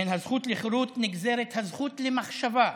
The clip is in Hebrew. מן הזכות לחירות נגזרת הזכות למחשבה,